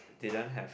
didn't have